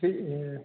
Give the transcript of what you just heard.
ठीक है